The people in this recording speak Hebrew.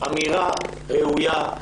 זו אמירה ראויה,